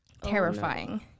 Terrifying